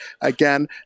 Again